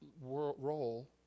role